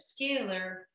scalar